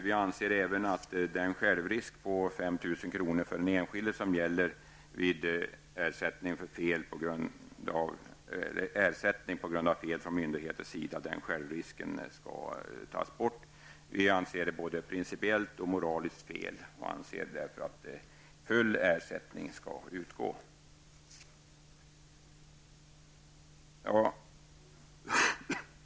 Vi anser även att den självrisk på 5 000 kr. för den enskilde som gäller vid ersättning på grund av fel från myndigheters sida skall tas bort. Vi anser det både principiellt och moraliskt fel, och vi anser därför att full ersättning skall utgå.